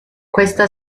questa